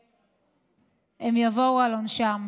ושהם יבואו על עונשם.